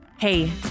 Hey